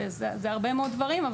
זה הרבה מאוד דברים,